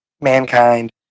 Mankind